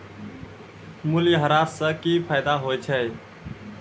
मूल्यह्रास से कि फायदा होय छै?